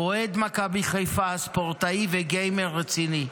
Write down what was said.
אוהד מכבי חיפה, ספורטאי וגיימר רציני.